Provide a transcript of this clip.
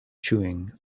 chewing